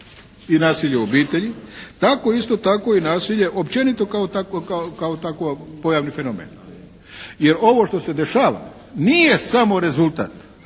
i nasilje u obitelji tako isto tako i nasilje općenito kao takvo, kao takvo pojavni fenomen. Jer ovo što se dešava nije samo rezultat